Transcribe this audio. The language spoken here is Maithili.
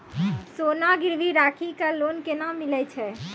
सोना गिरवी राखी कऽ लोन केना मिलै छै?